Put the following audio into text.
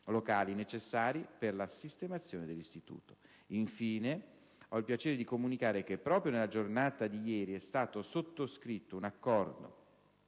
locali necessari per la sistemazione dell'Istituto. Infine, ho il piacere di comunicare che proprio nella giornata di ieri è stato sottoscritto un accordo